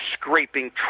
scraping